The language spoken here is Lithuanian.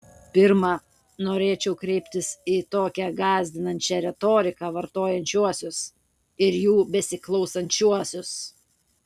pirma norėčiau kreiptis į tokią gąsdinančią retoriką vartojančiuosius ir jų besiklausančiuosius